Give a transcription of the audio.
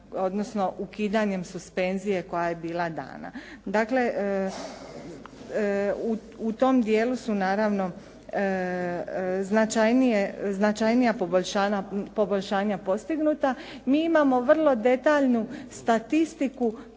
odnosno ukidanjem suspenzije koja je bila dana. Dakle, u tom dijelu su naravno značajnija poboljšanja postignuta. Mi imamo vrlo detaljnu statistiku po vrstama